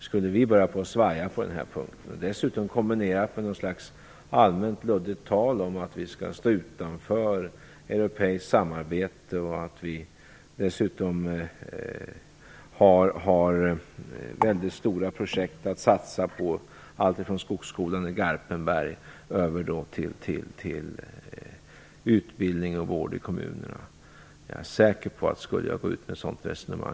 Skulle vi börja svaja på den punkten och dessutom kombinera det med något allmänt luddigt tal om att vi skall stå utanför europeiskt samarbete och att vi dessutom har väldigt stora projekt att satsa på, alltifrån Skogshögskolan i Garpenberg till utbildning och vård i kommunerna, skulle vi i morgon ha en chock i den svenska ekonomin.